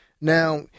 Now